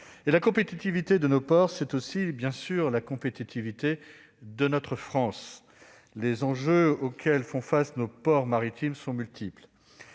la compétitivité de nos ports, c'est aussi, bien sûr, la compétitivité de la France. Les enjeux auxquels font face nos ports maritimes sont multiples.